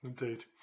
Indeed